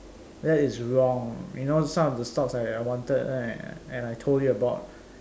that is wrong you know some of the stocks that I wanted right and I told you about